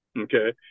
Okay